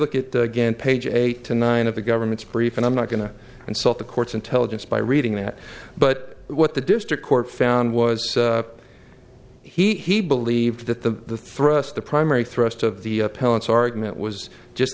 look at the again page eight to nine of the government's brief and i'm not going to consult the court's intelligence by reading that but what the district court found was he believed that the thrust the primary thrust of the parents argument was just